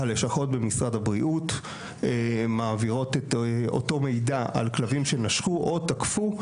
הלשכות במשרד הבריאות מעבירות את אותו מידע על כלבים שנשכו או תקפו,